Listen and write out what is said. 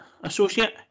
associate